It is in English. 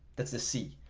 that's the sea.